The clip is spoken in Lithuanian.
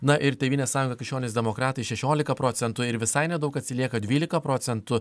na ir tėvynės sąjunga krikščionys demokratai šešiolika procentų ir visai nedaug atsilieka dvylika procentų